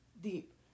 deep